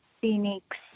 Phoenix